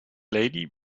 lady